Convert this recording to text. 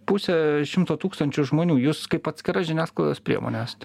pusė šimto tūkstančių žmonių jūs kaip atskira žiniasklaidos priemonė esat